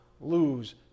lose